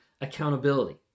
accountability